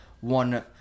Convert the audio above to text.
one